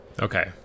Okay